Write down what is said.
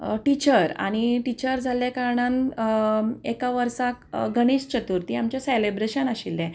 teacher आनी teacher जाल्ल्या कारणान एका वर्साक गणेश चतुर्थी आमचें सॅलेब्रेशन आशिल्लें